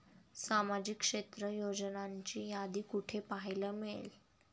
सामाजिक क्षेत्र योजनांची यादी कुठे पाहायला मिळेल?